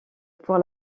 pour